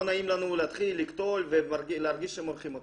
לא נעים לנו להתחיל לקטול ולהרגיש שמורחים אותנו.